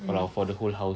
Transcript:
kalau for the whole house